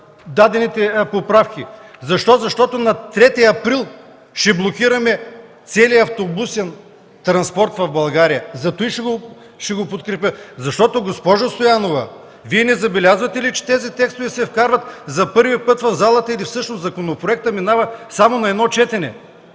дадените поправки. Защо? Защото на 3 април ще блокираме целия автобусен транспорт в България – затова ще ги подкрепя. Госпожо Стоянова, Вие не забелязвате ли, че тези текстове се вкарват за първи път в залата или всъщност законопроектът минава само на едно четене?